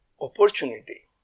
opportunity